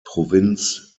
provinz